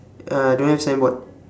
uh don't have signboard